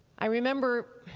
i remember